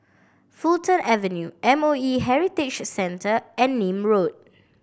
Fulton Avenue M O E Heritage Centre and Nim Road